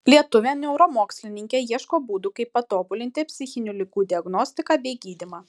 lietuvė neuromokslininkė ieško būdų kaip patobulinti psichinių ligų diagnostiką bei gydymą